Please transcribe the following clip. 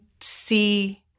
see